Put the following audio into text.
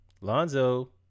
Lonzo